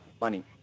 money